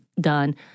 done